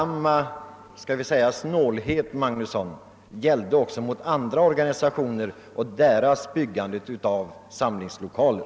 Men samma >»snålhet«, herr Magnusson, drabbade också andra organisationer då det gällde deras byggande av samlingslokaler: